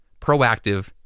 proactive